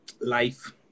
life